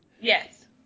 Yes